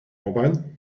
mobile